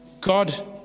God